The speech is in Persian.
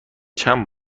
چند